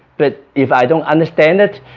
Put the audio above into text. but if i don't understand it,